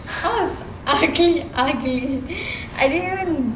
I was ugly ugly I remember when